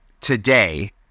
today